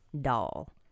doll